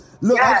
Look